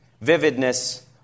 vividness